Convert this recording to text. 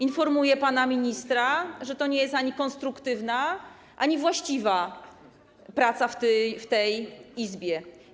Informuję pana ministra, że to nie jest ani konstruktywna, ani właściwa praca w tej Izbie.